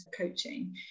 coaching